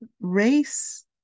race